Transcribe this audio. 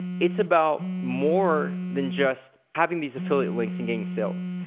it's about more than just having these affiliate links and getting sales.